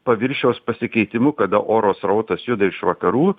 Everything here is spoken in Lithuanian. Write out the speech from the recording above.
paviršiaus pasikeitimu kada oro srautas juda iš vakarų